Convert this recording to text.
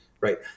right